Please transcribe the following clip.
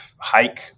hike